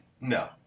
No